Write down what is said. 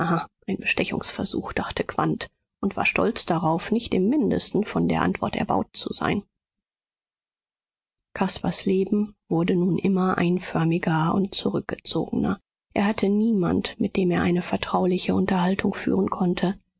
ein bestechungsversuch dachte quandt und war stolz darauf nicht im mindesten von der antwort erbaut zu sein caspars leben wurde nun immer einförmiger und zurückgezogener er hatte niemand mit dem er eine vertrauliche unterhaltung führen konnte